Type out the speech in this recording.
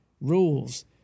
rules